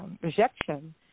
rejection